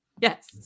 yes